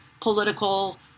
political